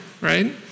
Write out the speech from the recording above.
right